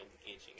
engaging